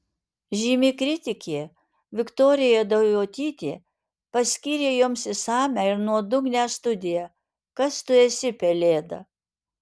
žymi kritikė viktorija daujotytė paskyrė joms išsamią ir nuodugnią studiją kas tu esi pelėda